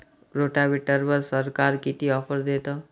रोटावेटरवर सरकार किती ऑफर देतं?